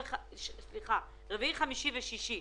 חמישי ושישי.